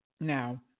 now